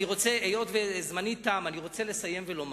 היות שזמני תם, אני רוצה לסיים ולומר: